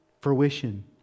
fruition